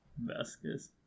Vasquez